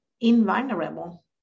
invulnerable